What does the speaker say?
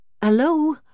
Hello